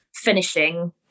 finishing